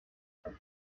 deux